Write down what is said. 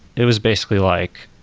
it was basically like,